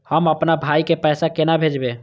हम आपन भाई के पैसा केना भेजबे?